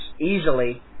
easily